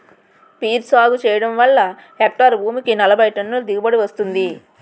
peer సాగు చెయ్యడం వల్ల హెక్టారు భూమికి నలబైటన్నుల దిగుబడీ వస్తుంది